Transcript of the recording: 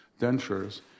dentures